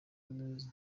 neza